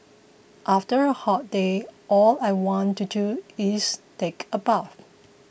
after a hot day all I want to do is take a bath